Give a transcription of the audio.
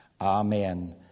Amen